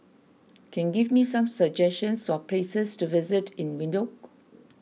can give me some suggestions for places to visit in Windhoek